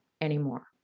anymore